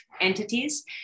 entities